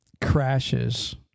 crashes